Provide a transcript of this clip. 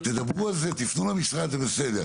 תדברו על זה, תפנו למשרד, זה בסדר.